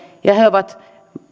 ja he ovat